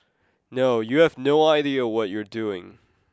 no you have no idea what you are doing